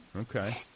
Okay